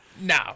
no